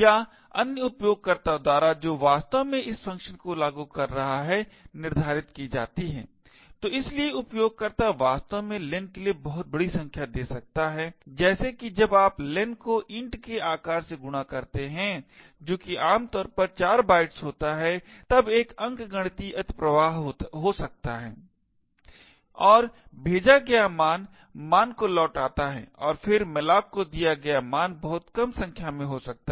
या अन्य उपयोगकर्ता द्वारा जो वास्तव में इस फ़ंक्शन को लागू कर रहा है निर्धारित की जाती है तो इसलिए उपयोगकर्ता वास्तव में len के लिए बहुत बड़ी संख्या दे सकता है जैसे कि जब आप len को int के आकार से गुणा करते हैं जो कि आम तौर पर 4 बाइट्स होता है तब एक अंकगणितीय अतिप्रवाह हो सकता है और भेजा गया मान मान को लौटाता है और फिर malloc को दिया गया मान बहुत कम संख्या में हो सकता है